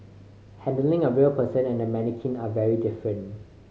handling a real person and a mannequin are very different